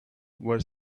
were